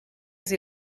sie